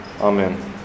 Amen